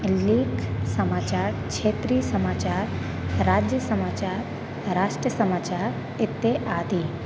लेख समाचार क्षेत्रीय समाचार राज्य समाचार राष्ट्र समाचार इतने आदि